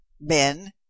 Ben